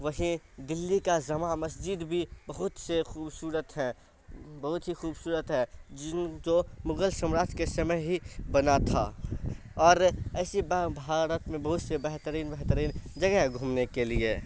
وہیں دلّی کا جامع مسجد بھی بہت سے خوبصورت ہے بہت ہی خوبصورت ہے جن جو مغل سمراج کے سمے ہی بنا تھا اور ایسے با بھارت میں بہت سے بہترین بہترین جگہ ہے گھومنے کے لیے